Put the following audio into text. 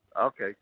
Okay